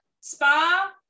spa